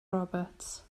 roberts